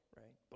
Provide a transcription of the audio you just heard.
right